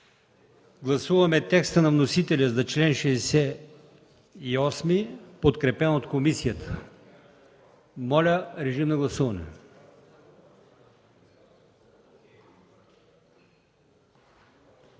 Гласуваме текста на вносителя за чл. 67, подкрепен от комисията. Моля, гласувайте.